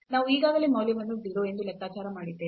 ನಾವು ಈಗಾಗಲೇ ಮೌಲ್ಯವನ್ನು 0 ಎಂದು ಲೆಕ್ಕಾಚಾರ ಮಾಡಿದ್ದೇವೆ